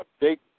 big